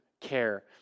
care